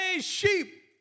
sheep